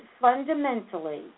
fundamentally